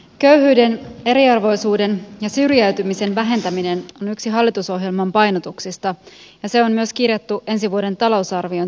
köyhyyden eriarvoisuuden ja syrjäytymisen vähentäminen on yksi hallitusohjelman painotuksista ja se on myös kirjattu ensi vuoden talousarvion tavoitteeksi